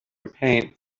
paint